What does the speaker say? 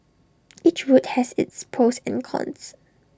each route has its pros and cons